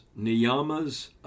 niyamas